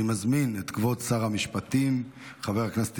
אני מזמין את כבוד שר המשפטים חבר הכנסת